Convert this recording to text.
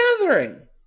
gathering